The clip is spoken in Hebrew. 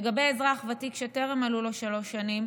לגבי אזרח ותיק שטרם מלאו לו 75 שנה,